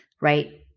right